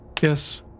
Yes